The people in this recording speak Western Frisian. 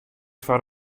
foar